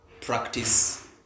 practice